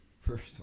first